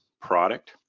product